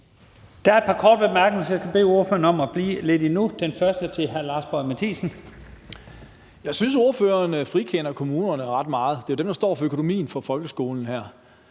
Der er et par korte bemærkninger, så jeg skal bede ordføreren om at give lidt endnu. Den første er til hr. Lars Boje Mathiesen. Kl. 13:38 Lars Boje Mathiesen (UFG): Jeg synes, ordføreren frikender kommunerne ret meget. Det er jo dem, der står for økonomien for folkeskolen. Der